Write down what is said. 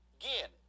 again